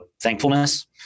thankfulness